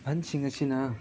ꯑꯍꯟꯁꯤꯡ ꯑꯁꯤꯅ